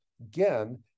Again